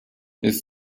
ist